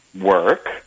work